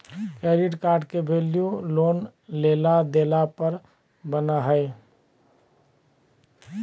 credit card के value loan लेला देला पर बना हइ